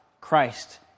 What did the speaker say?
Christ